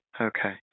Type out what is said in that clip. Okay